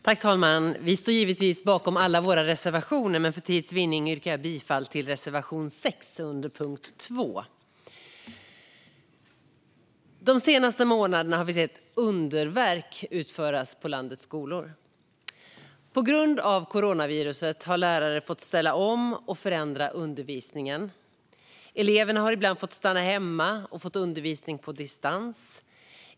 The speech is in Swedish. Fru talman! Vi står givetvis bakom alla våra reservationer, men för tids vinnande yrkar jag bifall endast till reservation 6 under punkt 2. De senaste månaderna har vi sett underverk utföras på landets skolor. På grund av coronaviruset har lärare fått ställa om och förändra undervisningen. Eleverna har ibland fått stanna hemma och få undervisning på distans.